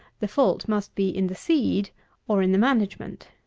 the fault must be in the seed or in the management.